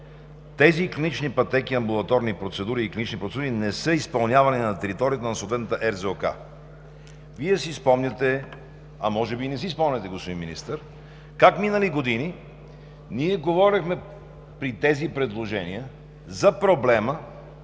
§ 1 клинични пътеки, амбулаторни процедури и клинични процедури не са изпълнявани на територията на съответната РЗОК. Вие си спомняте, а може би не си спомняте, господин Министър, как минали години ние говорехме при тези предложения за проблема